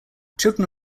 children